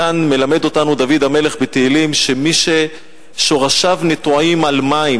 מכאן מלמד אותנו דוד המלך בתהילים שמי ששורשיו נטועים על מים,